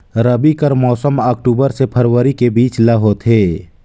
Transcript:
रबी कर मौसम अक्टूबर से फरवरी के बीच ल होथे